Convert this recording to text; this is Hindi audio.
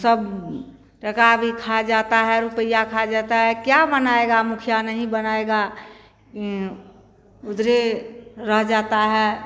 सब टका भी खा जाता है रुपया खा जाता है क्या बनाएगा मुखिया नहीं बनाएगा उधर रह जाता है